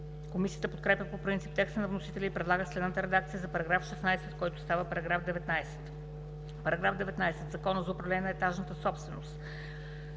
Комисията подкрепя по принцип текста на вносителя и предлага следната редакция за § 16, който става § 19: „§ 19. В Закона за управление на етажната собственост